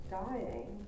dying